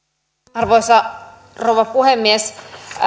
arvoisa rouva puhemies